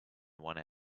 one